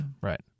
Right